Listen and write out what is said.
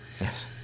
Yes